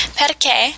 perché